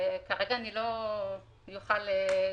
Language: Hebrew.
כרגע לא אוכל לפרט.